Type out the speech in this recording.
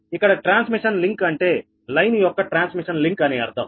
ఇక్కడ transmission link అంటే line యొక్క ట్రాన్స్మిషన్ లింక్ అని అర్థం